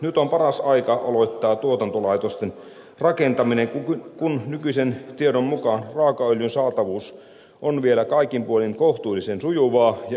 nyt on paras aika aloittaa tuotantolaitosten rakentaminen kun nykyisen tiedon mukaan raakaöljyn saatavuus on vielä kaikin puolin kohtuullisen sujuvaa ja edullista